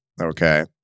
okay